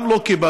גם לא קיבלנו.